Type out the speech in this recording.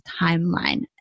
timeline